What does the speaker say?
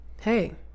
hey